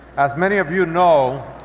as many of you know,